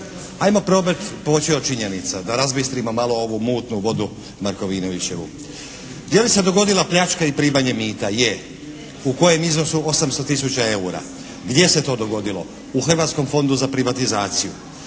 Ajmo probati poći od činjenica da razbistrimo malo ovu mutnu vodu Markovinovićevu. Je li se dogodila pljačka i primanje mita? Je. U kojem iznosu? 800 tisuća eura. Gdje se to dogodilo? U Hrvatskom fondu za privatizaciju.